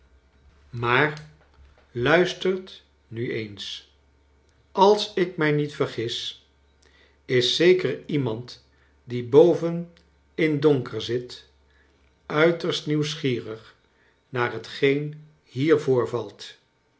maar luistert mi eens als ik mij niet vergis is zeker iemand die boven in donker zit uiterst nieuwsgierig naar hetgeen hier